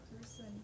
person